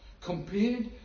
compared